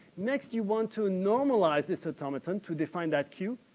next, you want to normalize this automaton to define that q,